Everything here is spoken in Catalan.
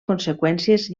conseqüències